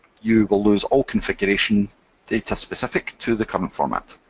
you will lose all configuration data specific to the current format.